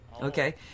Okay